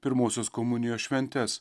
pirmosios komunijos šventes